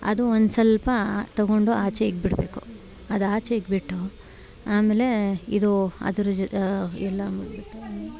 ಅದು ಒಂದು ಸ್ವಲ್ಪ ತೊಗೊಂಡು ಆಚೆ ಇಕ್ಬಿಡಬೇಕು ಅದು ಆಚೆ ಇಕ್ಬಿಟ್ಟು ಆಮೇಲೆ ಇದು ಅದರ ಜೊತೆ ಎಲ್ಲ ಮಾಡ್ಬಿಟ್ಟೂ